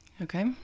Okay